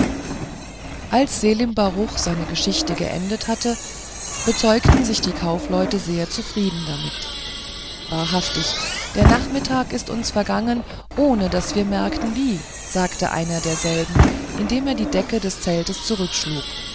als selim baruch seine geschichte geendet hatte bezeugten sich die kaufleute sehr zufrieden damit wahrhaftig der nachmittag ist uns vergangen ohne daß wir merkten wie sagte einer derselben indem er die decke des zeltes